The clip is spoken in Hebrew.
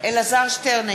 אלעזר שטרן,